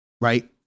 right